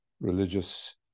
religious